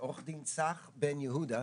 עו"ד צח בן יהודה,